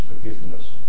forgiveness